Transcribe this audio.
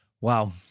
Wow